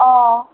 অঁ